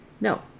no